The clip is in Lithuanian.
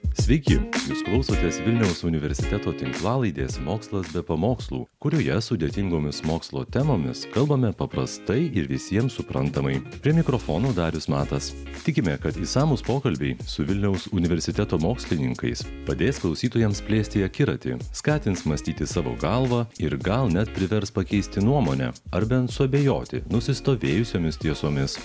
sveiki jūs klausotės vilniaus universiteto tinklalaidės mokslas be pamokslų kurioje sudėtingomis mokslo temomis kalbame paprastai ir visiems suprantamai prie mikrofono darius matas tikime kad išsamūs pokalbiai su vilniaus universiteto mokslininkais padės klausytojams plėsti akiratį skatins mąstyti savo galva ir gal net privers pakeisti nuomonę ar bent suabejoti nusistovėjusiomis tiesomis